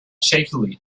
shakily